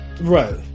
right